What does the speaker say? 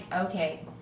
okay